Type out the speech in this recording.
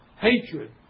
hatred